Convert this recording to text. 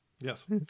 Yes